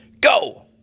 Go